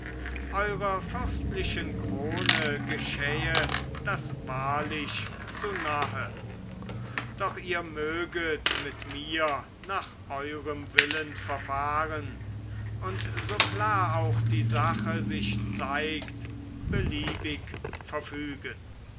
eurer fürstlichen krone geschähe das wahrlich zu nahe doch ihr möget mit mir nach eurem willen verfahren und so klar auch die sache sich zeigt beliebig verfügen